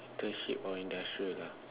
internship or industrial ah